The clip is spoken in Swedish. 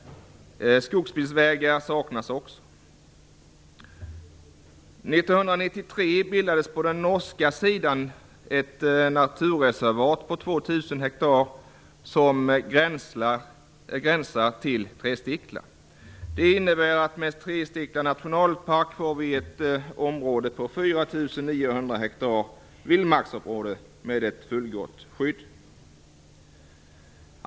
Skogsbilvägar saknas också. År 1993 bildades på den norska sidan ett naturreservat på 2 000 hektar som gränsar till Trestickla. Detta innebär att vi med Trestickla som nationalpark får ett område på 4 900 hektar vildmarksområde med ett fullgott skydd.